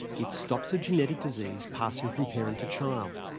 it stops a genetic disease passing from parent to child.